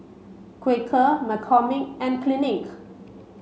Quaker McCormick and Clinique